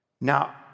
Now